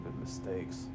mistakes